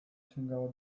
sięgała